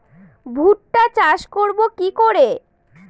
ভুট্টা চাষ করব কি করে?